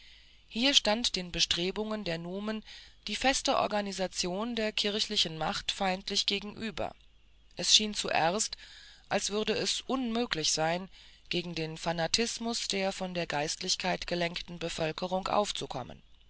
hier stand den bestrebungen der nume die feste organisation der kirchlichen macht feindlich gegenüber es schien zuerst als würde es unmöglich sein gegen den fanatismus der von der geistlichkeit gelenkten bevölkerung aufzukommen